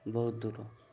ବହୁତ ଦୂର